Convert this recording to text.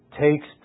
takes